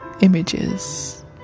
images